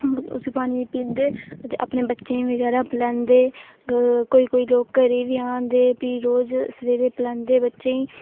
उसी पानियै ई पींदे ते अपने बच्चें ई बगैरा कोई कोई लोग घरै ई बी आह्नदे बी रोज सवेरै ई पलैंदे बच्चें ई